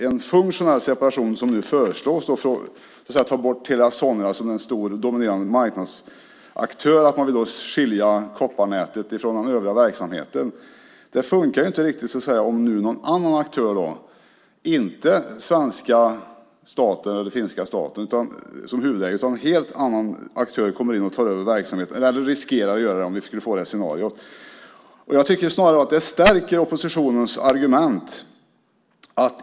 En funktionell separation, som nu föreslås - det vill säga att man tar bort Telia Sonera som en stor dominerande marknadsaktör och vill skilja kopparnätet från den övriga verksamheten - funkar inte riktigt om någon annan än svenska staten eller finska staten är huvudägare utan vi riskerar att en helt annan aktör kommer in och tar över verksamheten, om vi skulle få det scenariot. Jag tycker snarare att det stärker oppositionens argument.